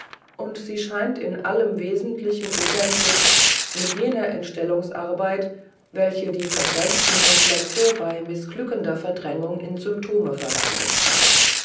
und sie scheint in allem wesentlichen identisch mit jener entstellungsarbeit welche die verdrängten komplexe bei mißglückender verdrängung in symptome verwandelt